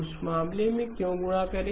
उस मामले में क्यों गुणा करें